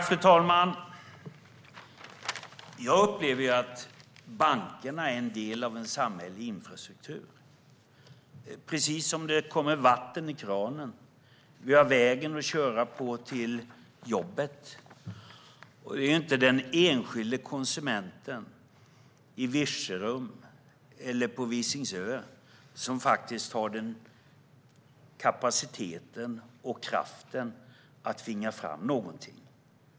Fru talman! Jag upplever att bankerna är en del av en samhällelig infrastruktur - det är precis som att det kommer vatten i kranen och att vi har vägen att köra på när vi åker till jobbet. Det är inte den enskilda konsumenten i Virserum eller på Visingsö som har kapaciteten och kraften att tvinga fram någonting.